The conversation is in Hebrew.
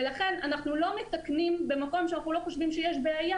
ולכן אנחנו לא מתקנים במקום שאנחנו לא חושבים שיש בו בעיה,